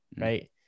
right